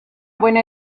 buena